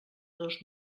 dos